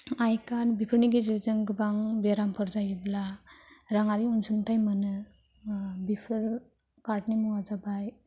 आइ card बेफोरनि गेजेरेजों गोबां बेरामफोर जायोब्ला रांआरि अनसुंथाय मोनो बेफोर कार्ड नि मुङा जाबाय